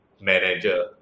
manager